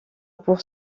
pour